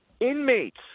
inmates